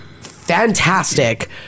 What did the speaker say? fantastic